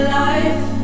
life